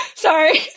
Sorry